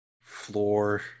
floor